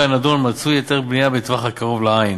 הנדון מצוי היתר בנייה בטווח הקרוב לעין,